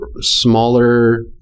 smaller